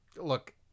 look